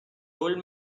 old